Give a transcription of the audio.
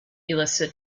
illicit